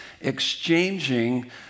exchanging